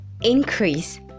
Increase